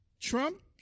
Trump